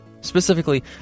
Specifically